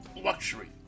Luxury